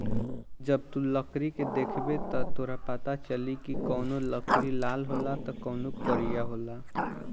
जब तू लकड़ी के देखबे त तोरा पाता चली की कवनो लकड़ी लाल होला त कवनो करिया होला